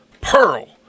Pearl